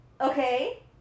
Okay